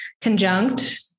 conjunct